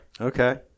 Okay